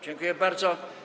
Dziękuję bardzo.